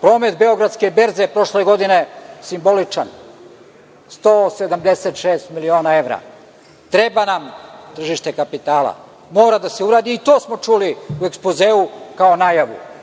promet Beogradske berze prošle godine je simboličan – 176 miliona evra. Treba nam tržište kapitala, mora da se uradi. I to smo čuli u ekspozeu kao najavu.